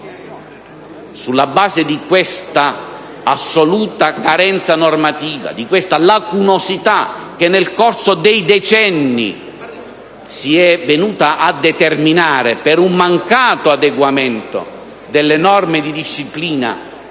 Sulla base di questa assoluta carenza normativa, di questa lacunosità che nel corso dei decenni si è venuta a determinare per un mancato adeguamento delle norme di disciplina